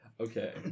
Okay